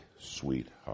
sweetheart